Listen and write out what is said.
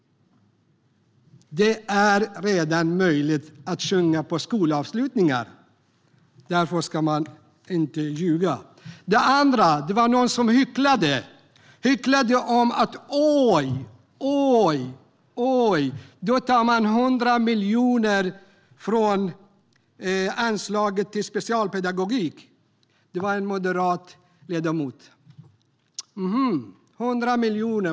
Det är redan möjligt att sjunga på skolavslutningar. Man ska inte ljuga. En annan talare hycklade om att vi - oj, oj, oj - tar 100 miljoner från anslaget till specialpedagogik. Det var en moderat ledamot som gjorde det.